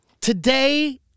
today